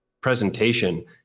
presentation